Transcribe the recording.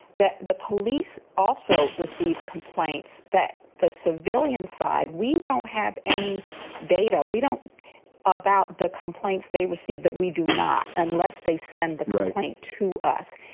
that the police also received complaints that the civilian side, we don't have any data. we don't know about the complaints they received that we do not unless they send the link to us.